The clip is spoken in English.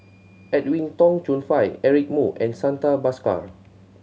Edwin Tong Chun Fai Eric Moo and Santha Bhaskar